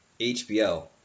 HBO